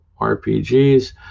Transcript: rpgs